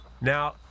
Now